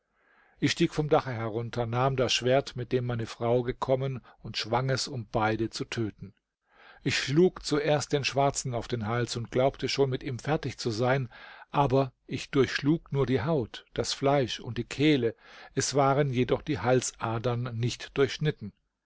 ich stieg vom dache herunter nahm das schwert mit dem meine frau gekommen und schwang es um beide zu töten ich schlug zuerst den schwarzen auf den hals und glaubte schon mit ihm fertig zu sein aber ich durchschlug nur die haut das fleisch und die kehle es waren jedoch die halsadern nicht durchschnitten